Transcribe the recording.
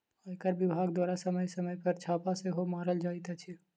आयकर विभाग द्वारा समय समय पर छापा सेहो मारल जाइत अछि